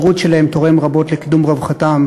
השירות שלהם תורם רבות לקידום רווחתם